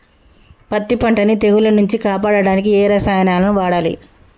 పత్తి పంటని తెగుల నుంచి కాపాడడానికి ఏ రసాయనాలను వాడాలి?